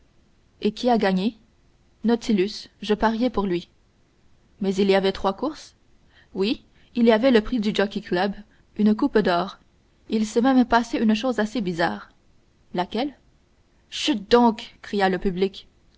et qui a gagné nautilus je pariais pour lui mais il y avait trois courses oui il y avait le prix du jockey-club une coupe d'or il s'est même passé une chose assez bizarre laquelle chut donc cria le public